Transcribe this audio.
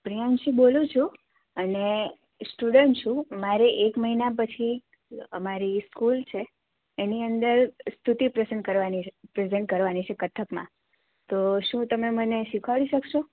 પ્રિયાંશી બોલું છું અને સ્ટુડન્ટ છું મારે એક મહિના પછી અમારી સ્કૂલ છે એની અંદર સ્તુતિ પ્રસ્ન કરવાની છે પ્રેઝન્ટ કરવાની છે કથકમાં તો શું તમે મને શીખવાડી શકશો